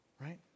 Right